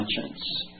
conscience